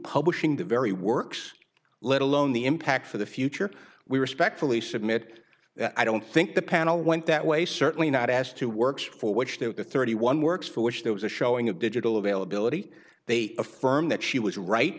publishing the very works let alone the impact for the future we respectfully submit i don't think the panel went that way certainly not asked who works for which that the thirty one works for which there was a showing of digital availability they affirmed that she was right